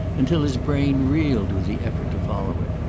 until his brain reeled with the effort to follow it.